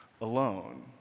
alone